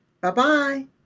bye-bye